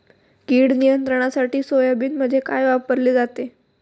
कीड नियंत्रणासाठी सोयाबीनमध्ये काय वापरले जाते?